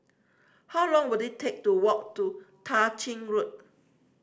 how long will it take to walk to Tah Ching Road